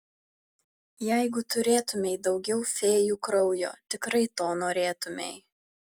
jeigu turėtumei daugiau fėjų kraujo tikrai to norėtumei